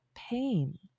Pain